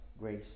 grace